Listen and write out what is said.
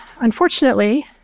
Unfortunately